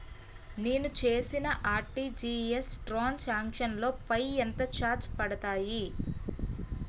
నేను చేసిన RTGS transaction లో పై ఎంత చార్జెస్ పడతాయి?